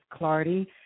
Clardy